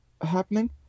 happening